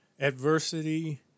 adversity